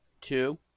two